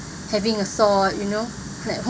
having a thought you know